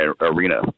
arena